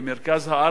במרכז הארץ,